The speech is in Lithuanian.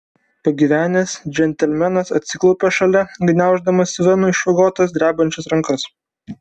pagyvenęs džentelmenas atsiklaupė šalia gniauždamas venų išvagotas drebančias rankas